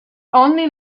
only